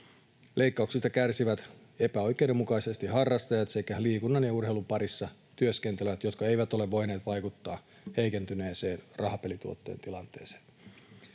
Leikkauksista kärsivät epäoikeudenmukaisesti harrastajat sekä liikunnan ja urheilun parissa työskentelevät, jotka eivät ole voineet vaikuttaa heikentyneeseen rahapelituottojen tilanteeseen.